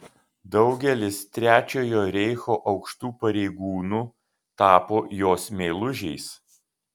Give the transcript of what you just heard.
daugelis trečiojo reicho aukštų pareigūnų tapo jos meilužiais